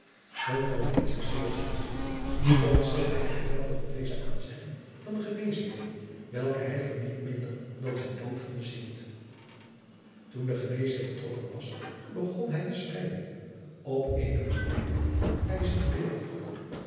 vliet zich zeer ziek gevoelde ontzette hij goweldig op deze aanzegging van den geneesheer welke hij voor niet minder dan zijn doodvonnis hield toen de geneesheer vertrokken was begon hij te schreijen en op eene verwarde wijze te bidden